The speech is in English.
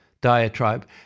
diatribe